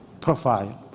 profile